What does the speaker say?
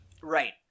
Right